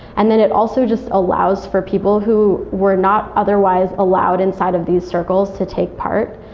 and then it also just allows for people who were not otherwise allowed inside of these circles to take part.